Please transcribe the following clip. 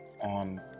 on